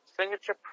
signature